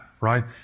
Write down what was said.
right